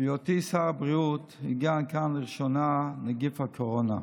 בהיותי שר הבריאות הגיע לכאן לראשונה נגיף הקורונה.